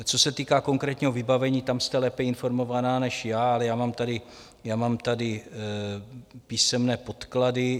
Co se týká konkrétního vybavení, tam jste lépe informovaná než já, ale já mám tady písemné podklady.